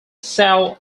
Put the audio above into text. sal